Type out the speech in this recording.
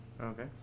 Okay